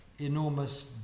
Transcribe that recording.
enormous